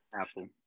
Apple